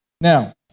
Now